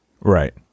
Right